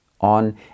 on